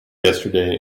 yesterday